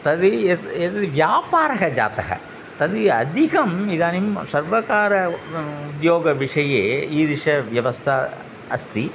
तर्हि यद् यद् व्यापारः जातः तद् अधिकम् इदानीं सर्वकारः म उद्योगविषये ईदृशी व्यवस्था अस्ति